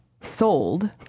sold